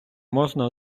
можна